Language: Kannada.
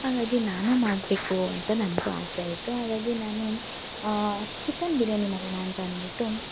ಹಾಗಾಗಿ ನಾನು ಮಾಡಬೇಕು ಅಂತ ನನಗೂ ಆಸೆ ಆಯಿತು ಹಾಗಾಗಿ ನಾನೂ ಚಿಕನ್ ಬಿರಿಯಾನಿ ಮಾಡೋಣ ಅಂತ ಅಂದ್ಬಿಟ್ಟು